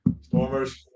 Stormers